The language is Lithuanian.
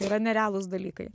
yra nerealūs dalykai